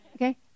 Okay